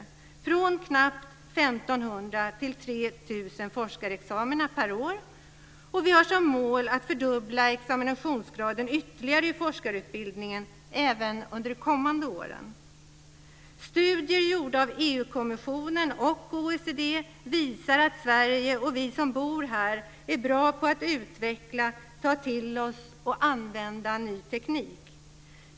Antalet har ökat från knappt 1 500 till 3 000 forskarexamina per år. Vi har som mål att fördubbla examinationsgraden ytterligare i forskarutbildningen även under de kommande åren. visar att Sverige och vi som bor här är bra på att utveckla, ta till oss och använda ny teknik.